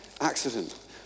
accident